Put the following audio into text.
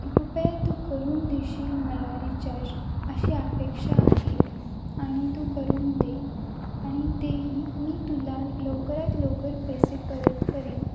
कृपया तू करून देशील मला रिचार्ज अशी अपेक्षा आहे आणि तू करून दे आणि तेही मी तुला लवकरात लवकर पैसे परत करीन